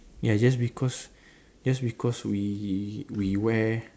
ya just because just because we we wear